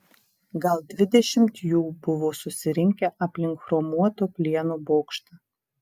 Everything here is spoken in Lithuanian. gal dvidešimt jų buvo susirinkę aplink chromuoto plieno bokštą